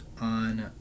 on